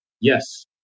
Yes